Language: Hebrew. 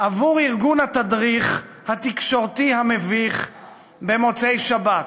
עבור ארגון התדריך התקשורתי המביך במוצאי-שבת.